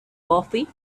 coffee